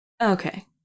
Okay